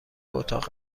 اتاق